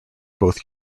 both